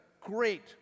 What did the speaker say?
great